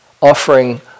offering